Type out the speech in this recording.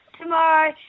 Tomorrow